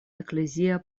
eklezia